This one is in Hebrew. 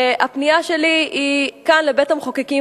והפנייה שלי כאן היא לבית-המחוקקים